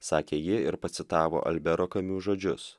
sakė ji ir pacitavo albero kamiu žodžius